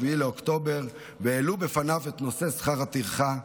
באוקטובר והם העלו בפניו את נושא שכר הטרחה,